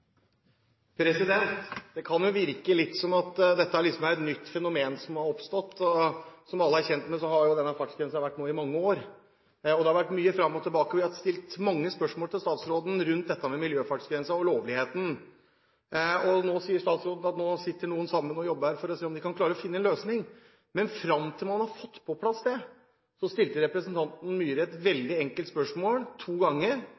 kjent med, har denne fartsgrensen nå vært i mange år. Det har vært mye fram og tilbake, og det har vært stilt mange spørsmål til statsråden rundt dette med miljøfartsgrensen og lovligheten av den. Nå sier statsråden at noen sitter sammen og jobber for å se om de kan klare å finne en løsning. Men fram til man har fått på plass det – representanten Myhre stilte et veldig enkelt spørsmål om dette, to